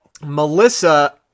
Melissa